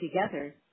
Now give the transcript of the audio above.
together